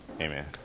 Amen